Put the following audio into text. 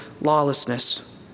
lawlessness